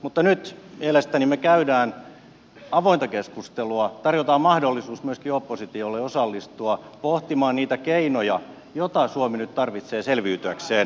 mutta nyt mielestäni me käymme avointa keskustelua ja tarjoamme mahdollisuuden myöskin oppositiolle osallistua pohtimaan niitä keinoja joita suomi nyt tarvitsee selviytyäkseen